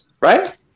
right